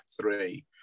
three